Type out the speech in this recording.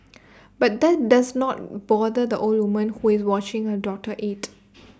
but that does not bother the older woman who is watching her daughter eat